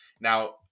Now